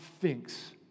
thinks